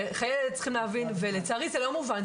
חיי ילד צריכים להבין ולצערי זה לא מובן,